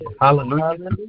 Hallelujah